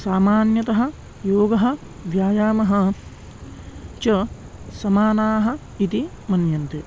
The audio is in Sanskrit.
सामान्यतः योगः व्यायामः च समानाः इति मन्यन्ते